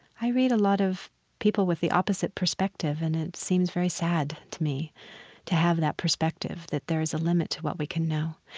i read a lot of people with the opposite perspective, and it seems very sad to me to have that perspective that there is a limit to what we can know.